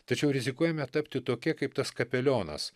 tačiau rizikuojame tapti tokie kaip tas kapelionas